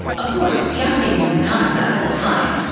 of course, piazzi knew none of that at the time,